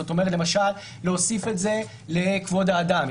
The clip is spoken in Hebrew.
זאת אומרת למשל להוסיף את זה לכבוד האדם.